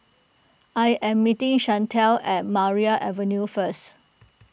I am meeting Shantell at Maria Avenue first